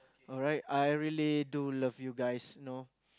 alright I really do love you guys you know